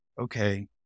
okay